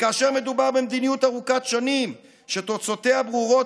וכאשר מדובר במדיניות ארוכת שנים שתוצאותיה ברורות